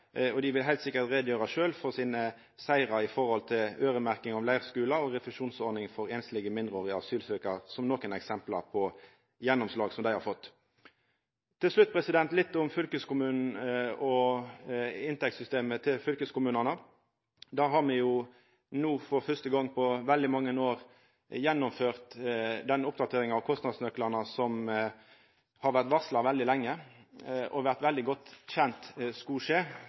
Dei vil heilt sikkert sjølve gjera greie for sine sigrar, som øyremerking av leirskule og refusjonsordning for einslege mindreårige asylsøkjarar, som er nokre eksempel på gjennomslag som dei har fått. Til slutt litt om fylkeskommunane og inntektssystemet til fylkeskommunane: Der har me no for fyrste gong på veldig mange år gjennomført den oppdateringa av kostnadsnøklane som har vore varsla veldig lenge, og som det har vore veldig godt kjent at skulle skje.